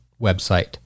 website